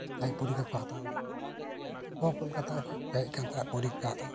ᱡᱟᱸᱦᱟᱭ ᱠᱚ ᱦᱮᱡ ᱠᱟᱱ ᱛᱟᱸᱦᱮᱜ ᱯᱚᱨᱤᱠᱠᱷᱟ ᱦᱟᱛᱟᱣ ᱠᱳᱞᱠᱟᱛᱟ ᱠᱷᱤᱚᱱ ᱠᱚ ᱦᱮᱡ ᱠᱟᱱ ᱛᱟᱸᱦᱮᱜ